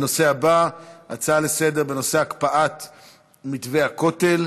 הנושא הבא הוא: הקפאת מתווה הכותל,